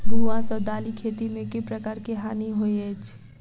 भुआ सँ दालि खेती मे केँ प्रकार केँ हानि होइ अछि?